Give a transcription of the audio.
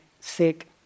sick